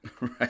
Right